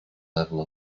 level